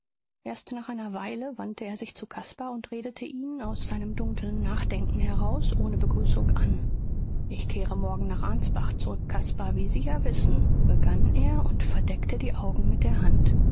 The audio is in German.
erst nach einer weile wandte er sich zu caspar und redete ihn aus seinem dunkeln nachdenken heraus ohne begrüßung an ich kehre morgen nach ansbach zurück caspar wie sie ja wissen begann er und verdeckte die augen mit der hand